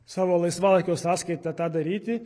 savo laisvalaikio sąskaita tą daryti